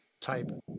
type